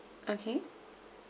okay